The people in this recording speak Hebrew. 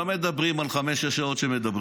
לא מדברים על חמש או על שש השעות שדיברו